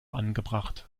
angebracht